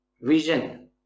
Vision